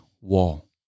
wall